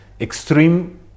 extreme